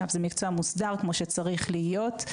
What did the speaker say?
שם זה מקצוע מוסדר כמו שצריך להיות,